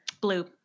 Blue